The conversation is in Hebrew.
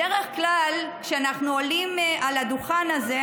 בדרך כלל כשאנחנו עולים על הדוכן הזה,